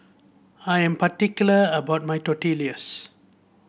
I am particular about my Tortillas